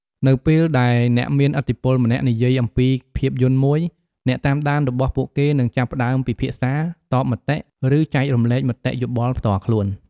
នៅពេលដែលអ្នកមានឥទ្ធិពលម្នាក់និយាយអំពីភាពយន្តមួយ អ្នកតាមដានរបស់ពួកគេនឹងចាប់ផ្ដើមពិភាក្សា តបតមតិ ឬចែករំលែកមតិយោបល់ផ្ទាល់ខ្លួន។